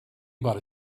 bought